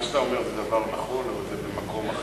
מה שאתה אומר זה דבר נכון, אבל זה ממקום אחר.